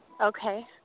Okay